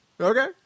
Okay